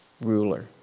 ruler